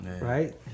right